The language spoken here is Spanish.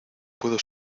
puedo